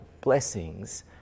blessings